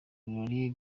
birori